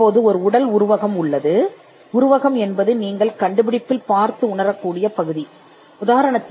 இப்போது ஒரு உடல் உருவகம் உள்ளது மேலும் ஒரு கண்டுபிடிப்பை நீங்கள் காணவும் உணரவும் இயற்பியல் உருவகம் ஆகும்